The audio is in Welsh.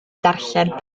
darllen